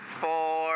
four